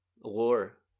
war